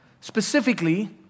Specifically